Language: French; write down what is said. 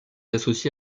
associé